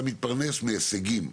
אתה מתפרנס מהישגים.